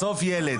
בסוף ילד,